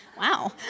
Wow